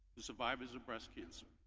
the survivors of breast cancer